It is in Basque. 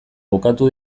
bukatu